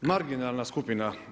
Marginalna skupina.